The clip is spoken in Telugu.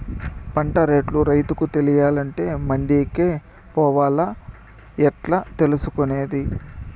పంట రేట్లు రైతుకు తెలియాలంటే మండి కే పోవాలా? ఎట్లా తెలుసుకొనేది?